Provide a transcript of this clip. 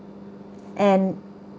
and